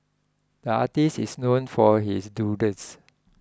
the artist is known for his doodles